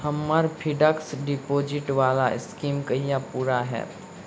हम्मर fixed deposit वला scheme कहिया पूरा हैत?